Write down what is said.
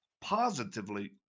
positively